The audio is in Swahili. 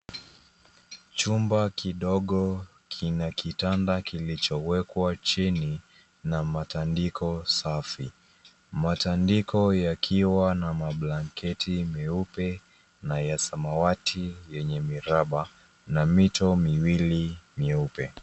Chumba kidogo kina kitanda kilichowekwa chini na matandiko safi. Matandiko yakiwa na mablanketi meupe na ya samawati yenye miraba na mito miwili myeupe.